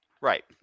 Right